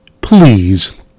please